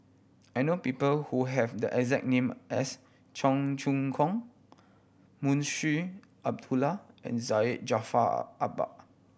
I know people who have the exact name as Cheong Choong Kong Munshi Abdullah and Syed Jaafar Albar